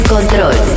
Control